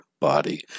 body